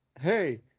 hey